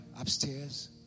upstairs